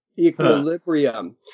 equilibrium